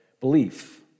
belief